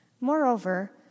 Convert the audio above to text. Moreover